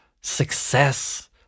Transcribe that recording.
success